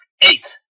Eight